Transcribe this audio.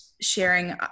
sharing